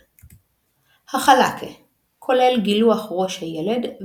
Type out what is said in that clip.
הבית יוסף פסק שיש למנוע את המנהג ואילו לעומת